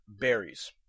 berries